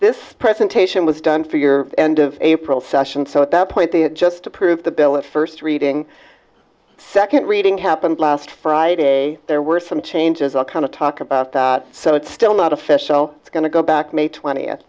this presentation was done for your end of april session so at that point they had just approved the bill a first reading second reading happened last friday there were some changes all kind of talk about that so it's still not official it's going to go back to may twentieth